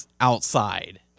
outside